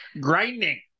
Grinding